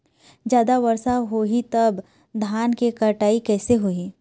जादा वर्षा होही तब धान के कटाई कैसे होही?